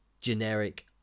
generic